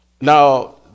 now